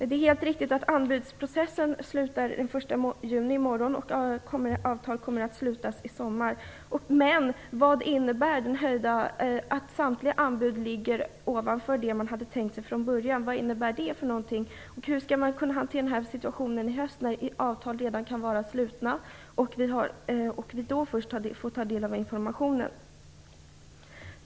Det är helt riktigt att anbudsprocessen avslutas i morgon, den 1 juni, och att avtal kommer att träffas i sommar. Men vad innebär det förhållandet att samtliga anbud ligger ovanför det som man från början hade tänkt sig? Och hur skall man kunna hantera situationen i höst, när avtal redan kan vara slutna? Först då får vi ta del av informationen.